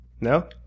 No